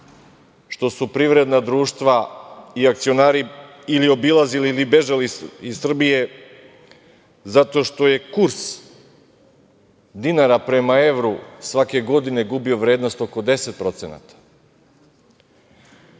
što su privredna društva i akcionari ili obilazili ili bežali iz Srbije zato što je kurs dinara prema evru svake godine gubio vrednost oko 10%.